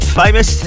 famous